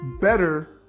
better